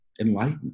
enlightened